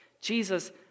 Jesus